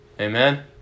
Amen